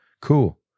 Cool